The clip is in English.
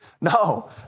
No